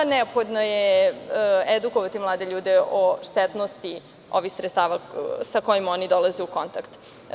Neophodno je edukovati mlade ljude o štetnosti ovih sredstava sa kojima oni dolaze u kontakt.